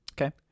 Okay